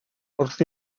wrth